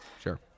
Sure